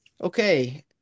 Okay